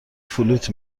فلوت